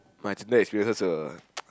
my Tinder experiences ppl